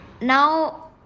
now